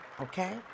Okay